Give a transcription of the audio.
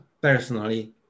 personally